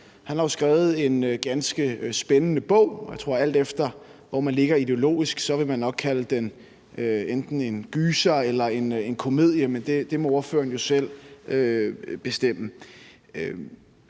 Han har jo skrevet en ganske spændende bog – og jeg tror, at man, alt efter hvor man ligger ideologisk, nok vil kalde den enten en gyser eller en komedie, men det må ordføreren jo selv bestemme